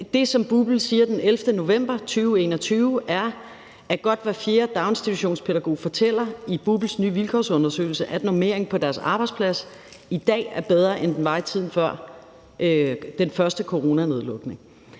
det, BUPL – den 11. november 2021 har sagt, at godt hver fjerde daginstitutionspædagog i BUPL's nye vilkårsundersøgelse fortæller, at normeringen på deres arbejdsplads i dag er bedre, end den var i tiden før den første coronanedlukning.